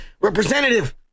representative